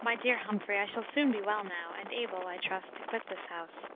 my dear humphrey, i shall soon be well now, and able, i trust, to quit this house.